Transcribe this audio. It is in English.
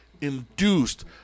induced